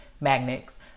magnets